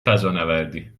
فضانوردی